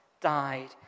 died